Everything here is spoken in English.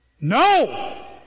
No